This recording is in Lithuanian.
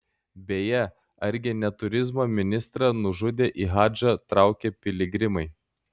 beje argi ne turizmo ministrą nužudė į hadžą traukę piligrimai